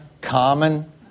Common